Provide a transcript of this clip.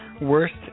Worst